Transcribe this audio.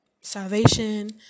salvation